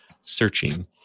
searching